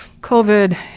COVID